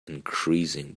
increasing